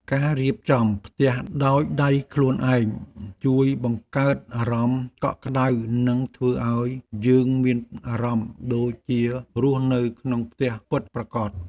ការរៀបចំផ្ទះដោយដៃខ្លួនឯងជួយបង្កើតអារម្មណ៍កក់ក្ដៅនិងធ្វើឱ្យយើងមានអារម្មណ៍ដូចជារស់នៅក្នុងផ្ទះពិតប្រាកដ។